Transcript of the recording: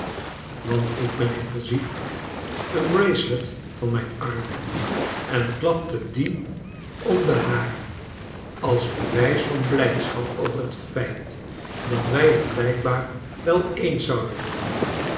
want ik ben impulsief een bracelet van mrjn arm en klapte die om den haren als bewijs van blijdschap over het feit dat wrj het blijkbaar wel eens zouden worden